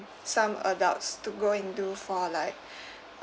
some adults to go and do for like